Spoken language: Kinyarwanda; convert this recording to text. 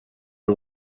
y’u